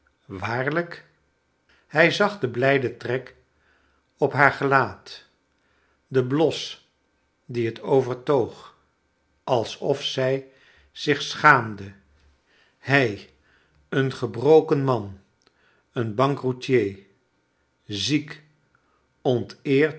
waarlijk hij zag den blijden trek op haar gelaat don bios die het overtoog alsof zij zich schaamde hij eon gebvoken man een bankroetier ziek